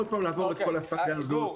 עוד פעם לעבור את כל הסאגה הזו.